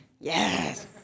Yes